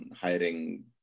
hiring